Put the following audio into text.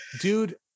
dude